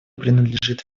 принадлежит